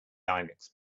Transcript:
linux